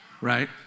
right